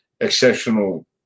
exceptional